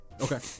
Okay